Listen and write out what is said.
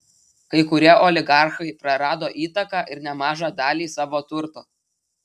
kai kurie oligarchai prarado įtaką ir nemažą dalį savo turto